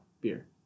beer